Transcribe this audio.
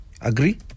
Agree